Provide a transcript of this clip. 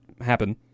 happen